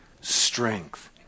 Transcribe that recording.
Strength